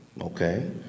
okay